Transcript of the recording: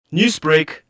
Newsbreak